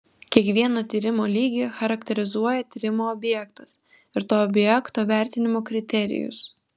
kiekvieną tyrimo lygį charakterizuoja tyrimo objektas ir to objekto vertinimo kriterijus